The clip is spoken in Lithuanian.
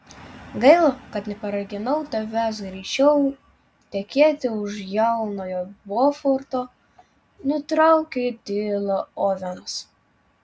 gaila kad neparaginau tavęs greičiau tekėti už jaunojo boforto nutraukė tylą ovenas